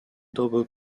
double